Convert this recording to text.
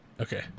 Okay